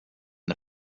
the